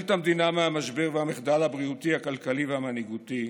את המדינה מהמשבר והמחדל הבריאותי הכלכלי והמנהיגותי,